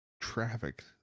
traffic